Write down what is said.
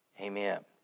Amen